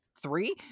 three